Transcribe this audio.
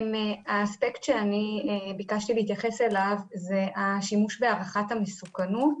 האספקט שאני ביקשתי להתייחס אליו זה השימוש בהערכת המסוכנות.